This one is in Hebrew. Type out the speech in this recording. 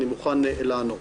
אני מוכן לענות.